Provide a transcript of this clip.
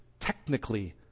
technically